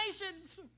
nations